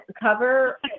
cover